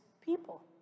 people